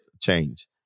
change